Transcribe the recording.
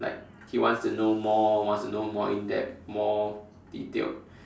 like he wants to know more wants to know more in depth more detailed